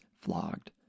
flogged